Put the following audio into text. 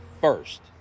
first